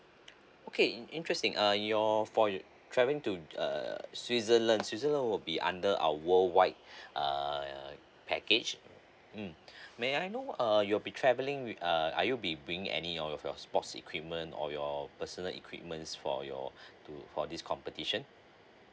okay uh interesting uh your for your travelling to uh switzerland switzerland will be under our worldwide err package mm may I know uh you'll be traveling with uh are you be bringing any of your sports equipment or your personal equipments for your to for this competition